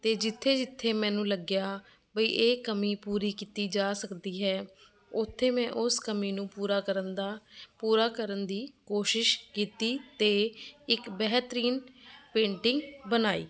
ਅਤੇ ਜਿੱਥੇ ਜਿੱਥੇ ਮੈਨੂੰ ਲੱਗਿਆ ਬਈ ਇਹ ਕਮੀ ਪੂਰੀ ਕੀਤੀ ਜਾ ਸਕਦੀ ਹੈ ਉੱਥੇ ਮੈਂ ਉਸ ਕਮੀ ਨੂੰ ਪੂਰਾ ਕਰਨ ਦਾ ਪੂਰਾ ਕਰਨ ਦੀ ਕੋਸ਼ਿਸ਼ ਕੀਤੀ ਅਤੇ ਇੱਕ ਬੇਹਤਰੀਨ ਪੇਂਟਿੰਗ ਬਣਾਈ